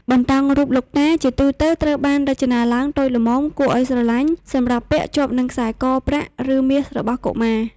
បន្តោងរូបលោកតា ជាទូទៅត្រូវបានរចនាឡើងតូចល្មម គួរឱ្យស្រឡាញ់ សម្រាប់ពាក់ជាប់នឹងខ្សែកប្រាក់ ឬមាសរបស់កុមារ។